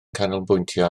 canolbwyntio